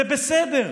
זה בסדר.